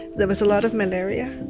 there was a lot of malaria.